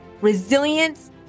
resilience